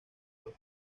los